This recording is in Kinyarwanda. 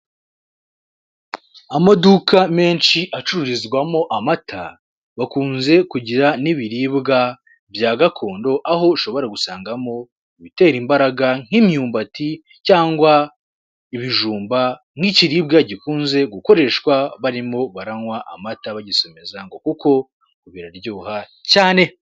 Amaduka menshi acururizwamo amata bakunze kugira n'ibiribwa bya gakondo aho ushobora gusangamo ibitera imbaraga nk'imyumbati cyangwa ibijumba nk'ikiribiribwa gikunze gukoreshwa barimo baranywa amata bagisomeza kuko biraryoha cyane